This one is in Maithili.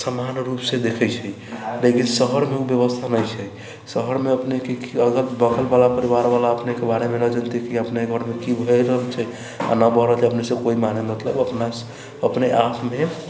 सामान रूप से देखैत छै लेकिन शहरमे ओ व्यवस्था नहि छै शहरमे अपनेकेँ अगर बगल बाला परिवार बाला अपनेकेँ बारेमे नहि जानतै कि अपने घरमे की हो रहल छै ने अपने आपमे